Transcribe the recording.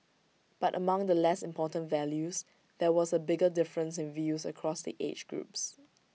but among the less important values there was A bigger difference in views across the age groups